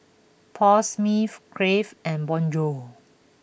Paul Smith Crave and Bonjour